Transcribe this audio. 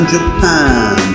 Japan